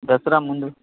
దసరా ముందు